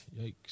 Yikes